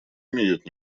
имеют